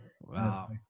Wow